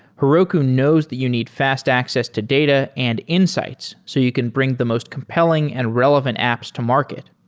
heroku knows that you need fast access to data and insights so you can bring the most compelling and relevant apps to market.